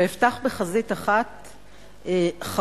אפתח בחזית אחת חמורה,